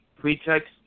pretext